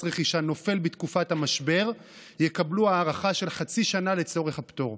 רכישה נופל בתקופת המשבר יקבלו הארכה של חצי שנה לצורך הפטור.